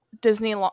Disney